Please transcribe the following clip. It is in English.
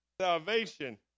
Salvation